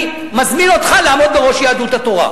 אני מזמין אותך לעמוד בראש יהדות התורה.